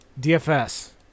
DFS